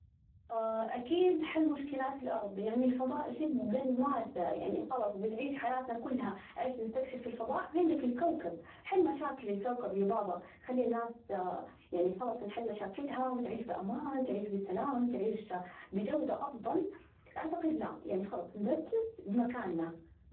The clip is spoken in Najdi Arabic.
أكيد حل مشكلات الأرض ، يعني الفضاء جدًا واسع، لكن خلاص بنعيش حياتنا كلها إيش نستكشف في الفضاء؟ عندك الكوكب حل مشاكل الكوكب يا بابا، خلي الناس يعني خلاص، نحل مشاكلها وتعيش بأمان، تعيش بسلام، تعيش بجودة أفضل، أعتقد لا يعني خلاص نركز بمكاننا.